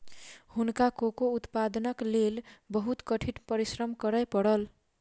हुनका कोको उत्पादनक लेल बहुत कठिन परिश्रम करय पड़ल